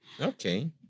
Okay